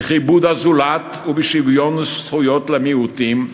בכיבוד הזולת ובשוויון זכויות למיעוטים,